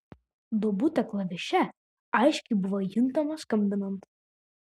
duobutė klaviše aiškiai buvo juntama skambinant